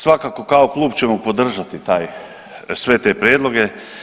Svakako kao klub ćemo podržati taj, sve te prijedloge.